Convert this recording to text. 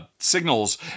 signals